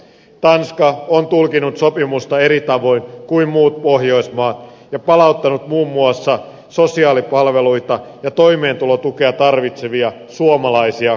tanska on tulkinnut sopimusta eri tavoin kuin muut pohjoismaat ja palauttanut muun muassa sosiaalipalveluita ja toimeentulotukea tarvitsevia suomalaisia kotimaahansa